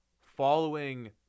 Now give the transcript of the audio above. following